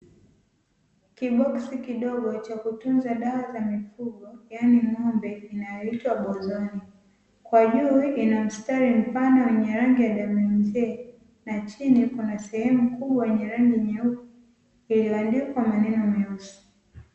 Kiboksi kidogo cha kutunza dawa za mifugo yaani ng'ombe inayoitwa "BOZON", kwa juu ina mstari mpana wenye rangi ya damu ya mzee na chini kuna sehemu kubwa yenye rangi nyeupe iliyoandikwa maneno meusi.